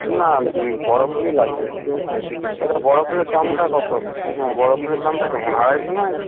না বড় ফুলই লাগবে না না বড় ফুলের দামটা কত হ্যাঁ বড় ফুলের দামটা কেমন আড়াইশো না